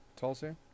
Tulsa